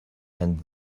and